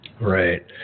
Right